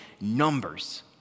numbers